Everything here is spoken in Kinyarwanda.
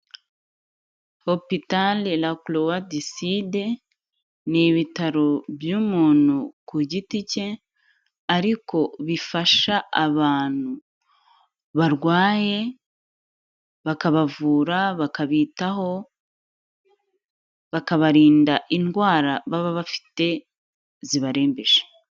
Hopital la Croix du Sud ni ibitaro by'umuntu ku giti cye ariko bifasha abantu barwaye bakabavura, bakabitaho, bakabarinda indwara baba bafite zibarembeje.